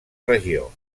regió